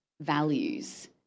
values